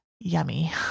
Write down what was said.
yummy